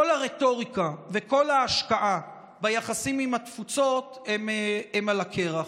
כל הרטוריקה וכל ההשקעה ביחסים עם התפוצות הן על הקרח.